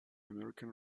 american